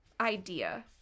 idea